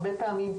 שהרבה פעמים,